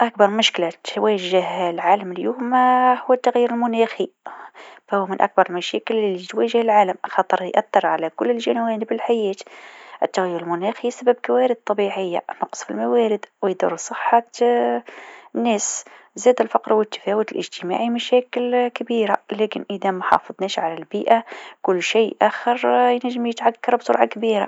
أكبر مشكلة تواجه العالم اليوم هي التغير المناخي. التأثيرات متاعه واضحة، من ارتفاع درجات الحرارة إلى الكوارث الطبيعية. هالمشكلة تتطلب تعاون عالمي وحلول مبتكرة، لأن تأثيرها يمس كل المجالات، من الزراعة إلى الصحة، وتهدد مستقبل الأجيال القادمة.